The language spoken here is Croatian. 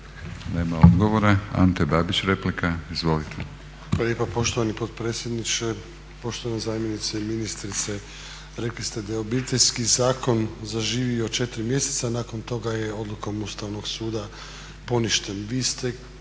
Nema odgovora. Ante Babić replika. Izvolite. **Babić, Ante (HDZ)** Hvala lijepo poštovani potpredsjedniče. Poštovana zamjenice ministrice rekli ste da je Obiteljski zakon zaživio 4 mjeseca nakon toga je odlukom Ustavnog suda poništen.